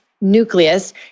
nucleus